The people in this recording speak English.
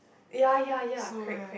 ya ya ya correct correct